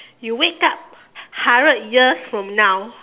you wake up hundred years from now